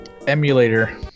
Emulator